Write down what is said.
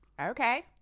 okay